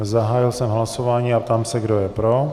Zahájil jsem hlasování a ptám se, kdo je pro.